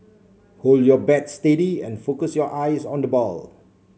hold your bat steady and focus your eyes on the ball